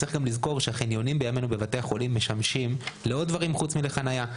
צריך לזכור שהחניונים בבתי החולים משמשים בימינו לעוד דברים חוץ מלחניה.